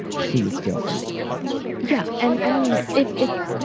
please feel free yeah. and i mean, if if,